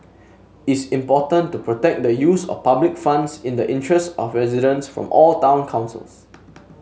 is important to protect the use of public funds in the interest of residents from all town councils